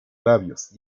labios